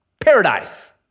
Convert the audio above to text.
Paradise